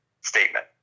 statement